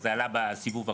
כשזה עלה בסיבוב הקודם.